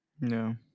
No